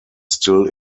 still